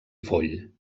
foll